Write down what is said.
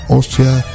Austria